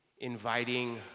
inviting